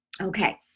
Okay